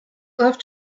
left